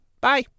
Bye